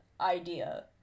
idea